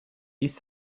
east